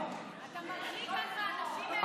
אתה מרחיק כך אנשים מהדת, את הדת.